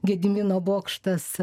gedimino bokštas